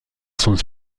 sonde